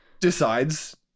decides